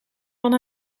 van